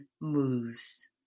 moves